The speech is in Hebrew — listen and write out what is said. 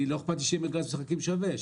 לא אכפת לי שיהיה מגרש משחקים שווה,